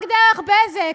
רק דרך "בזק".